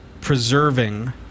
preserving